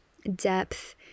depth